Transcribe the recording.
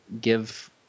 give